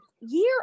year